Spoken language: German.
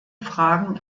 fragen